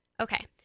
Okay